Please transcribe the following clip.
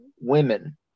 women